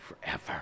forever